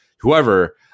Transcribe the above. whoever –